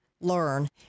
Learn